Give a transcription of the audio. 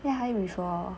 ya I ate before